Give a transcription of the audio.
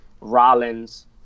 Rollins